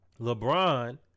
LeBron